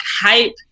hype